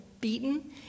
beaten